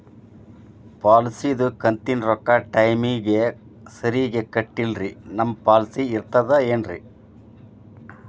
ಪಾಲಿಸಿದು ಕಂತಿನ ರೊಕ್ಕ ಟೈಮಿಗ್ ಸರಿಗೆ ಕಟ್ಟಿಲ್ರಿ ನಮ್ ಪಾಲಿಸಿ ಇರ್ತದ ಏನ್ರಿ?